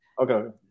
Okay